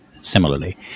similarly